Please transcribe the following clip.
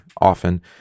often